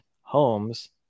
homes